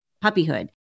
puppyhood